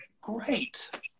great